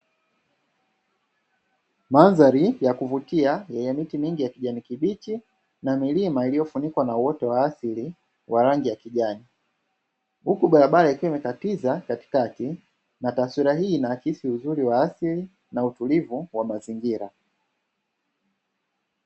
Mandhari ya kuvutia yenye miti mingi ya kijani kibichi na milima iliyofunikwa na uoto wa asili wa rangi ya kijani. Huku barabara ikiwa imekatiza katikati na taswira hii inaakisi uzuri wa asili na utulivu wa mazingira.